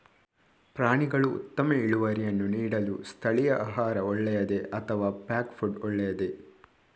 ಪ್ರಾಣಿಗಳು ಉತ್ತಮ ಇಳುವರಿಯನ್ನು ನೀಡಲು ಸ್ಥಳೀಯ ಆಹಾರ ಒಳ್ಳೆಯದೇ ಅಥವಾ ಪ್ಯಾಕ್ ಫುಡ್ ಒಳ್ಳೆಯದೇ?